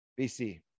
BC